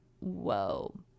whoa